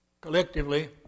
collectively